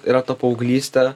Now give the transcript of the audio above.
yra ta paauglystė